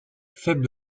faible